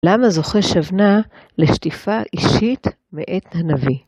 למה זוכה 'שבנה' לשטיפה אישית מאת הנביא?